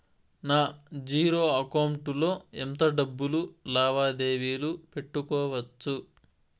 నా zero account లో ఎంత డబ్బులు లావాదేవీలు పెట్టుకోవచ్చు?